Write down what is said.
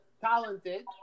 talented